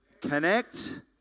connect